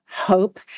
hope